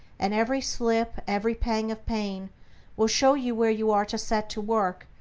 and every slip, every pang of pain will show you where you are to set to work,